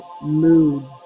moods